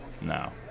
No